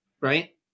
Right